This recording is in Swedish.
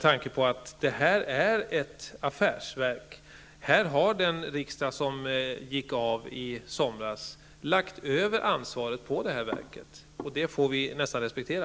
Televerket är ett affärsverk. Den riksdag som upplöstes i somras har lagt över ansvaret på verket, och det får vi nästan lov att respektera.